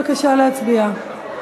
בבקשה להצביע.